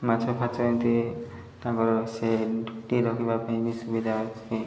ମାଛ ଫାଛ ଏମିତି ତାଙ୍କର ସେ ରଖିବା ପାଇଁ ବି ସୁବିଧା ଅଛି